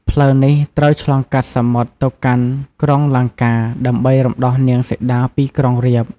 ផ្លូវនេះត្រូវឆ្លងកាត់សមុទ្រទៅកាន់ក្រុងលង្កា ដើម្បីរំដោះនាងសីតាពីក្រុងរាពណ៍។